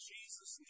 Jesus